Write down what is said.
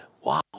Wow